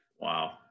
Wow